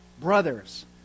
Brothers